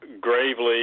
gravely